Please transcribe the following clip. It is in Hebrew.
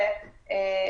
את איתנו?